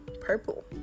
purple